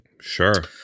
Sure